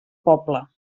poble